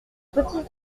petit